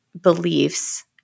beliefs